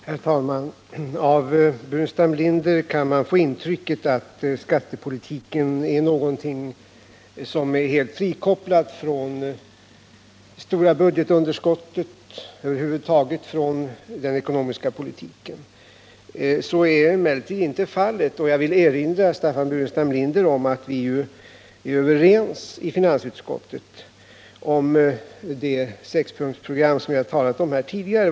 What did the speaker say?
Herr talman! Av vad Staffan Burenstam Linder sade kunde man få intrycket att skattepolitiken är helt frikopplad från det stora budgetunderskottet och över huvud taget från den ekonomiska politiken. Så är emellertid inte fallet. Jag vill erinra Staffan Burenstam Linder om att vi i finansutskottet är överens om det sexpunktsprogram som vi har talat om tidigare.